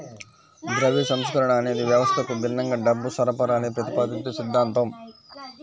ద్రవ్య సంస్కరణ అనేది వ్యవస్థకు భిన్నంగా డబ్బు సరఫరాని ప్రతిపాదించే సిద్ధాంతం